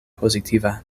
pozitiva